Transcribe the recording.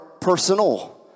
personal